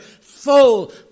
Full